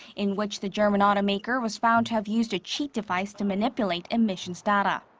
in which the german automaker was found to have used a cheat device to manipulate emissions data.